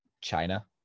China